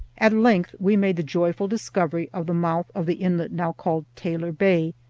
at length we made the joyful discovery of the mouth of the inlet now called taylor bay,